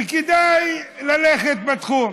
וכדאי ללכת בתחום.